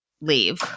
leave